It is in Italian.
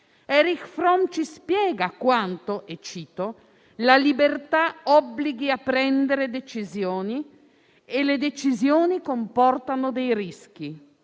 il quale ci spiega quanto la libertà obblighi a prendere decisioni e le decisioni comportino dei rischi